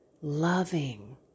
loving